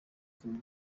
congo